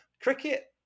Cricket